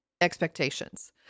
expectations